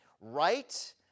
right